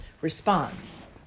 response